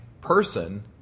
person